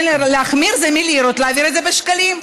להחמיר זה מלירות להעביר את זה לשקלים.